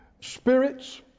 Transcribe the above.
spirits